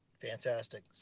Fantastic